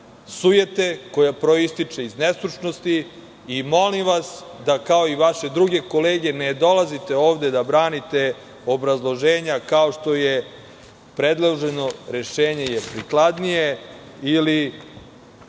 sujete koja proističe iz nestručnosti. Molim vas da, kao i vaše druge kolege, ne dolazite ovde da branite obrazloženja kao što je - predloženo rešenje je prikladnije, ili